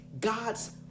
God's